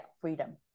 freedom